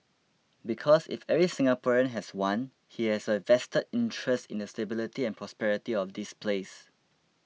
because if every Singaporean has one he has a vested interest in the stability and prosperity of this place